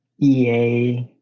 EA